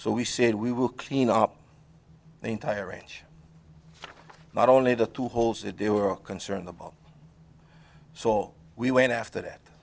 so we said we will clean up the entire range not only the two holes that they were concerned about so we went after that